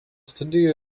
studijų